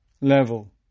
level